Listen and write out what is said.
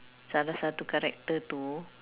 salah satu character too